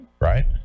right